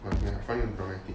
I find find it dramatic